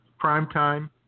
Primetime